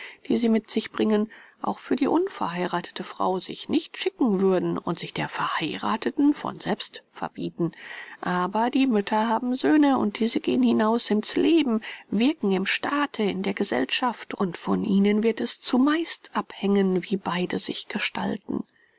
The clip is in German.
die sie mit sich bringen auch für die unverheirathete frau sich nicht schicken würden und sich der verheiratheten von selbst verbieten aber die mütter haben söhne und diese gehen hinaus in's leben wirken im staate in der gesellschaft und von ihnen wird es zumeist abhängen wie beide sich gestalten